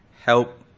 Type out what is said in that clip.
help